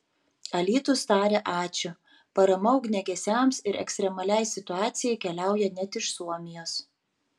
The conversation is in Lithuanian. alytus taria ačiū parama ugniagesiams ir ekstremaliai situacijai keliauja net iš suomijos